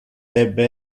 debe